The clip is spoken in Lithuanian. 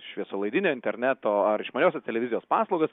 šviesolaidinio interneto ar išmaniosios televizijos paslaugas